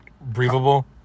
breathable